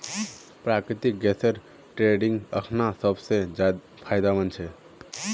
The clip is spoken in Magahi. प्राकृतिक गैसेर ट्रेडिंग अखना सब स फायदेमंद छ